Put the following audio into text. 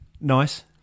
Nice